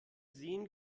sehen